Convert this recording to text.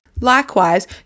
Likewise